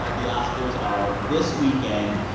ah the oscars are this weekend.